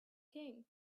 king